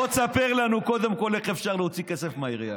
בוא תספר לנו קודם כול איך אפשר להוציא כסף מהעירייה.